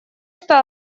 что